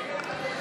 אתם מצביעים נגד,